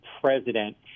president